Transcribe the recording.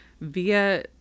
via